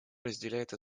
разделяет